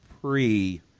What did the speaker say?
pre